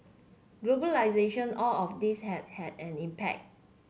globalisation all of this has had an impact